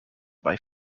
town